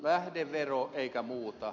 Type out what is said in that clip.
lähdevero eikä muuta